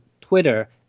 twitter